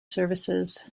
services